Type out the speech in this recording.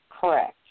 Correct